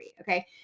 okay